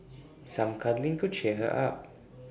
some cuddling could cheer her up